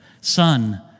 Son